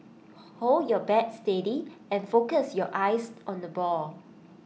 hold your bat steady and focus your eyes on the ball